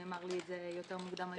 נאמר לי את זה יותר מוקדם היום.